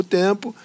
tempo